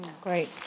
Great